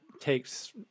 takes